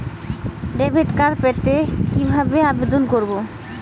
Debit card পেতে কি ভাবে আবেদন করব?